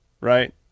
right